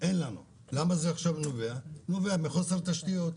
זה נובע מחוסר תשתיות.